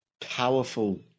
powerful